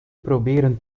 proberen